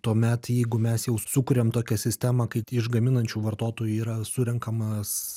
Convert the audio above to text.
tuomet jeigu mes jau sukuriam tokią sistemą kad iš gaminančių vartotojų yra surenkamas